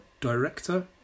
director